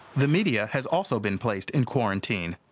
the media has also been placed in quarantine.